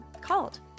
called